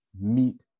meet